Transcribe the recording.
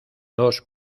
dos